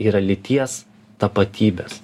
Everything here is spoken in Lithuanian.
yra lyties tapatybės